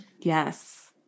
Yes